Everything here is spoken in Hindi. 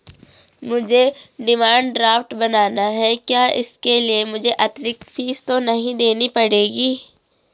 मुझे डिमांड ड्राफ्ट बनाना है क्या इसके लिए मुझे अतिरिक्त फीस तो नहीं देनी पड़ेगी?